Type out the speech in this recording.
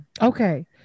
okay